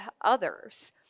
others